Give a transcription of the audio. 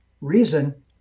reason